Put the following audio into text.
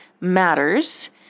matters